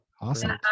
awesome